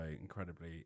incredibly